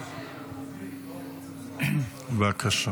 בבקשה.